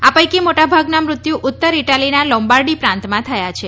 આ પૈકી મોટાભાગના મૃત્યુ ઉત્તર ઇટાલીના લોંબારડી પ્રાંતમાં થયા છે